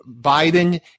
Biden